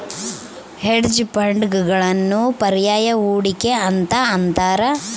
hedge ಫಂಡ್ಗಳನ್ನು ಪರ್ಯಾಯ ಹೂಡಿಕೆ ಅಂತ ಅಂತಾರ